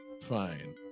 Fine